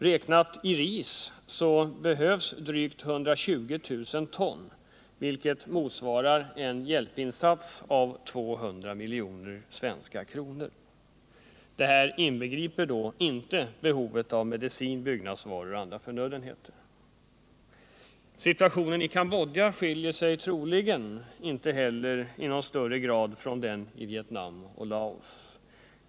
Räknat i ris behövs drygt 120 000 ton, vilket motsvarar en hjälpinsats av 200 miljoner svenska kronor. Detta inbegriper då inte behovet av medicin, byggnadsvaror och andra förnödenheter. Situationen i Kambodja skiljer sig troligen inte heller i någon större grad från den i Vietnam och Laos.